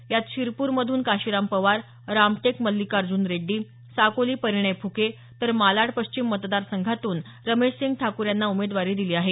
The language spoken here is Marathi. यात शिरपूरमधून काशिराम पवार रामटेक मल्लिकार्जुन रेड्डी साकोली परिणय फुके तर मालाड पश्चिम मतदारसंघातून रमेशसिंग ठाकूर यांना उमेदवारी दिली आहे